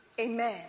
Amen